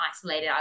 isolated